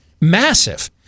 massive